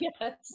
Yes